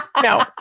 No